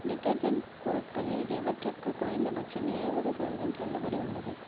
detergent பொருட்களில் எவற்றுக்கு குறைந்தபட்சம் எழுபது சதவீதம் தள்ளுபடி உள்ளது